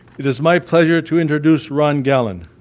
it is my pleasure to introduce ron gallen.